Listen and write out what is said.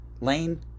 Lane